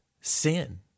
sin